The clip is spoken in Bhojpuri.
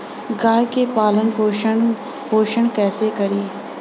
गाय के पालन पोषण पोषण कैसे करी?